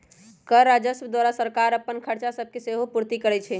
कर राजस्व द्वारा सरकार अप्पन खरचा सभके सेहो पूरति करै छै